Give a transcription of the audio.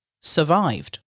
survived